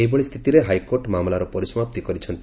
ଏହିଭଳି ସ୍ଥିତିରେ ହାଇକୋର୍ଟ ମାମଲାର ପରିସମାପ୍ତି କରିଛନ୍ତି